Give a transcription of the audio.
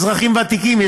אזרחים ותיקים.